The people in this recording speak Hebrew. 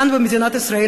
כאן במדינת ישראל.